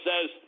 says